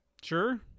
Sure